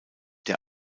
der